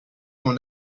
mon